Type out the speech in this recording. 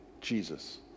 Jesus